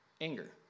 anger